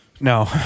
No